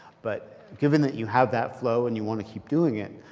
but given that you have that flow and you want to keep doing it,